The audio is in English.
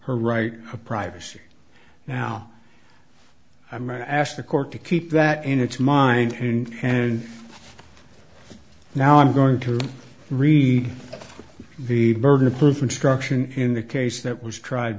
her right of privacy now i'm asked the court to keep that in its mind and and now i'm going to read the burden of proof instruction in the case that was tried